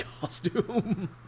costume